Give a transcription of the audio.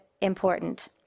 important